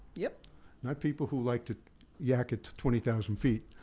yeah not people who like to yak it to twenty thousand feet,